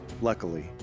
luckily